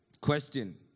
question